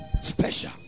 special